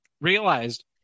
realized